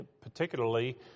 particularly